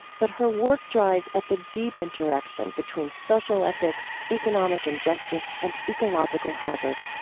but her work drives at the deep interaction between social ethics, economic injustice, and ecological hazard.